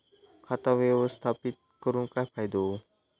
खाता व्यवस्थापित करून काय फायदो?